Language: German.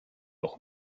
auch